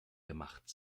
gemacht